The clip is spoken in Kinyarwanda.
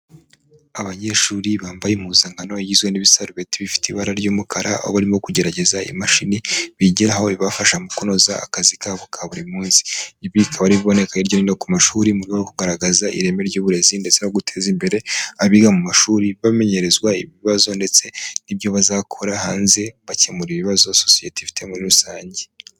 Abanyeshuri bambaye impuzankano igizwe n’ibisarubeti bifite ibara ry’umukara, aho barimo kugerageza imashini bigiraho, ibafasha mu kunoza akazi kabo ka buri munsi. Ibi bikaba ari ibiboneka hirya no hino ku mashuri, mu rwego rwo kugaragaza ireme ry’uburezi, ndetse no guteza imbere abiga mu mashuri bamenyerezwa ibibazo ndetse n’ibyo bazakora hanze, bakemura ibibazo sosiyete ifite muri rusange.